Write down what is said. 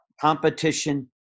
Competition